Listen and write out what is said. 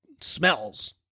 smells